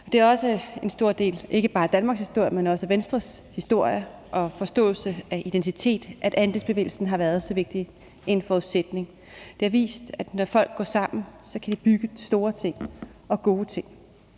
Det er også en stor del af ikke bare Danmarks historie, men også af Venstres historie og forståelse af identitet, at andelsbevægelsen har været så vigtig en forudsætning. Det har vist, at når folk går sammen, kan de bygge store ting og gode ting.